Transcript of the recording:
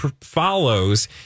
follows